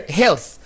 health